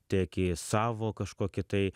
tiek į savo kažkokį tai